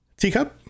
Teacup